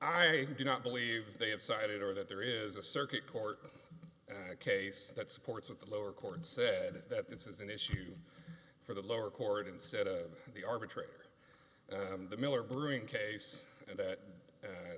i do not believe they have cited or that there is a circuit court case that supports of the lower court said that this is an issue for the lower court instead of the arbitrator and the miller brewing case and that